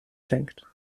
schenkt